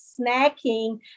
snacking